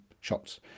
shots